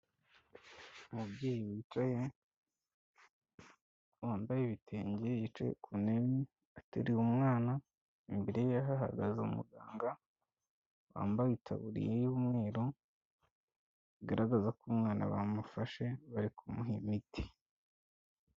Umubyeyi wicaye, wambaye ibitenge yicaye ku ntebe ateruye umwana, imbere ye hahagaze umuganga, wambaye itaburiya y'umweru, bigaragaza ko umwana bamufashe, bari kumuha imiti.